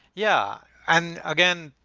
yeah. and again,